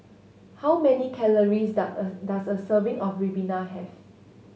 how many calories does a serving of ribena have